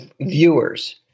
viewers